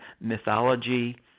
mythology